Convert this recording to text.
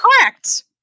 Correct